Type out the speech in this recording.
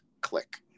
click